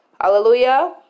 Hallelujah